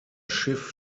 schiff